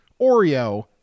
Oreo